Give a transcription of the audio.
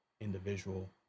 individual